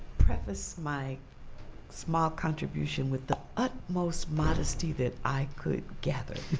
preface my small contribution with the utmost modesty that i could gather.